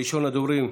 ראשון הדוברים,